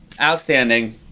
outstanding